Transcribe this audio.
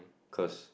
cause